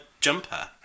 jumper